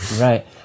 Right